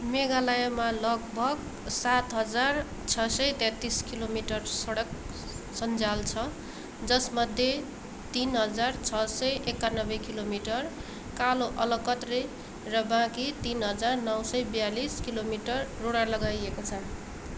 मेघालयमा लगभग सात हजार छ सय तेत्तिस किलोमिटर सडक सञ्जाल छ जसमध्ये तिन हजार छ सय एकानब्बे किलोमिटर कालो अलकत्रे र बाँकी तिन हजार नौ सय ब्यालिस किलोमिटर रोडा लगाइएको छ